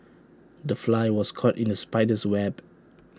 the fly was caught in the spider's web